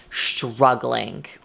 struggling